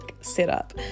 setup